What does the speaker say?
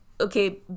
okay